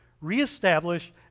Reestablish